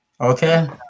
Okay